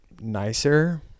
nicer